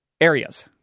areas